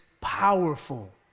powerful